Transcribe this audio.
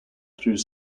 through